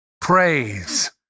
praise